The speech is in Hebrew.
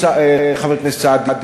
חבר הכנסת סעדי,